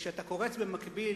וכשאתה קורץ במקביל